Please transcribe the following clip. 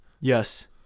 Yes